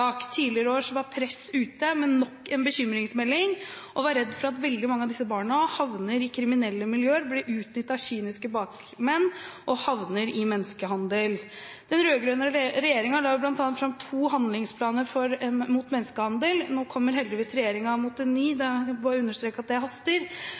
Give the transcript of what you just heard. asylmottak. Tidligere i år var Press ute med nok en bekymringsmelding – de var redd for at veldig mange av disse barna havner i kriminelle miljøer, blir utnyttet av kyniske bakmenn og havner i menneskehandel. Den rød-grønne regjeringen la bl.a. fram to handlingsplaner mot menneskehandel. Nå kommer heldigvis regjeringen med en